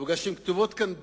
אבל בגלל שהן כתובות כאן דק,